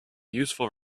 useful